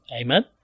Amen